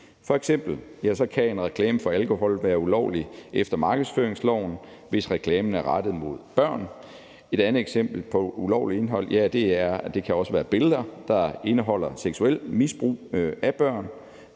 F.eks. kan en reklame for alkohol være ulovlig efter markedsføringsloven, hvis reklamen er rettet mod børn. Et andet eksempel på ulovligt indhold kan også være billeder, der indeholder seksuelt misbrug af børn.